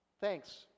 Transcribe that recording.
Thanks